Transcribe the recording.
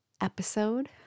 episode